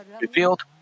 revealed